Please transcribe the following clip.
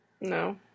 No